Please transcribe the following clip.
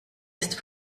ist